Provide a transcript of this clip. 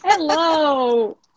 Hello